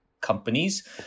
companies